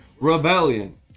rebellion